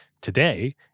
Today